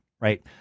Right